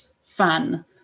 fun